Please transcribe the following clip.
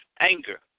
anger